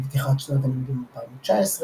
בפתיחת שנת הלימודים 2019,